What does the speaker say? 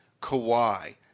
Kawhi